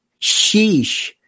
Sheesh